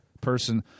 person